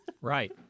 right